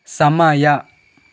ಸಮಯ